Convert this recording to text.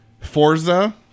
Forza